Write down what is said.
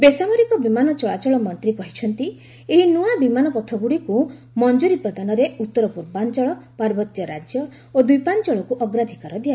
ବେସାମରିକ ବିମାନ ଚଳାଚଳ ମନ୍ତ୍ରୀ କହିଛନ୍ତି ଏହି ନୂଆ ବିମାନ ପଥଗୁଡ଼ିକୁ ମଞ୍ଜୁରି ପ୍ରଦାନରେ ଉତ୍ତର ପୂର୍ବାଞ୍ଚଳ ପାର୍ବତ୍ୟ ରାଜ୍ୟ ଓ ଦ୍ୱୀପାଞ୍ଚଳକୁ ଅଗ୍ରାଧିକାର ଦିଆଯାଇଛି